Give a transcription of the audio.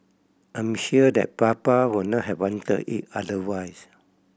I'm sure that Papa would not have wanted it otherwise